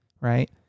right